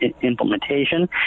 implementation